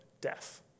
death